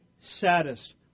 saddest